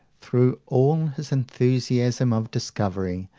through all his enthusiasm of discovery,